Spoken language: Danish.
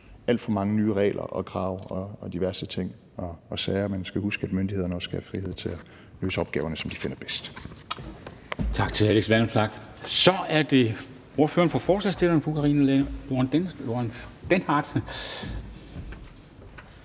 alt for mange nye regler, krav og diverse ting og sager, og at man skal huske, at myndighederne også skal have frihed til at løse opgaverne, som de finder det